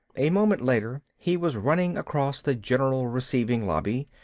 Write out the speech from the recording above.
a moment later he was running across the general receiving lobby,